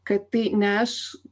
kad tai ne aš